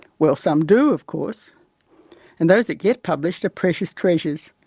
well some do of course and those that get published are precious treasures.